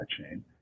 chain